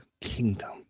Kingdom